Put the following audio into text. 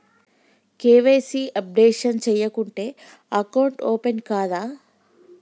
KYC updation చేయకుంటే account open కాదా?